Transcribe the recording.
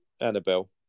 Annabelle